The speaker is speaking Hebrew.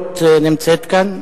אני רואה שגם משפחת ברוט נמצאת כאן,